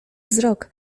wzrok